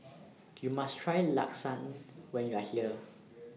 YOU must Try Lasagne when YOU Are here